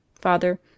Father